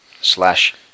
slash